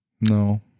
No